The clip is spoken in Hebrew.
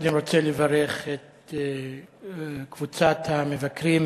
קודם רוצה לברך את קבוצת המבקרים,